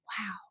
Wow